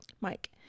Mike